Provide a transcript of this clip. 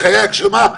לחיי הגשמה,